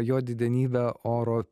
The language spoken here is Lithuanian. jo didenybę oro